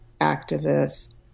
activists